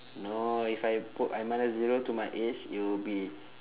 no if I put I minus zero to my age it will be